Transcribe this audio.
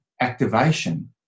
activation